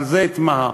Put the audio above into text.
על זה אתמהה.